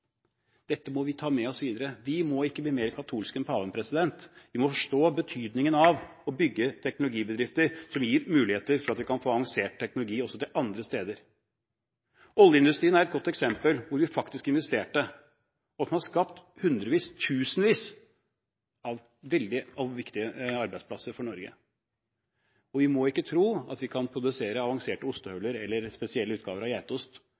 Dette må vi ta med oss videre. Vi må ikke bli mer katolske enn paven. Vi må forstå betydningen av å bygge teknologibedrifter som gir muligheter for at vi kan få avansert teknologi også til andre steder. Oljeindustrien er et godt eksempel, hvor vi faktisk investerte, og det har skapt hundrevis – tusenvis – av veldig viktige arbeidsplasser for Norge. Vi må ikke tro at vi kan produsere avanserte ostehøvler eller spesielle utgaver av geitost